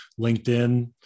LinkedIn